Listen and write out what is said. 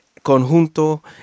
Conjunto